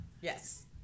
yes